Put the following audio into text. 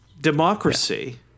Democracy